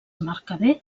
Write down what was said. mercader